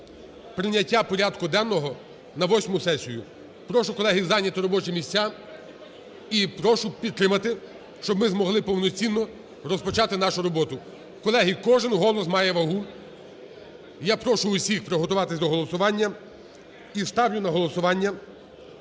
прийняття порядку денного на восьму сесію. Прошу, колеги, зайняти робочі місця і прошу підтримати, щоб ми змогли повноцінно розпочати нашу роботу. Колеги, кожен голос має вагу. Я прошу всіх приготуватись до голосування. І ставлю на голосування